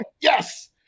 Yes